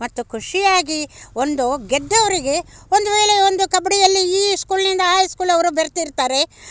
ಮತ್ತು ಖುಷಿಯಾಗಿ ಒಂದು ಗೆದ್ದವರಿಗೆ ಒಂದು ವೇಳೆ ಒಂದು ಕಬಡ್ಡಿಯಲ್ಲಿ ಈ ಸ್ಕೂಲಿಂದ ಆ ಸ್ಕೂಲವರು ಬರ್ತಿರ್ತಾರೆ